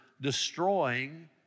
destroying